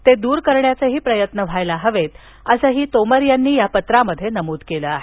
ते दूर करण्याचा प्रयत्न व्हायला हवेत असंही त्यांनी या पत्रांत नमुद केलं आहे